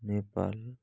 Nepal